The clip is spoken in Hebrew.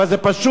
אבל זה פשוט,